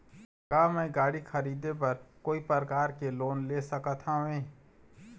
का मैं गाड़ी खरीदे बर कोई प्रकार के लोन ले सकत हावे?